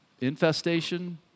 infestation